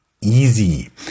easy